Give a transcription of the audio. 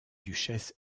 duchesse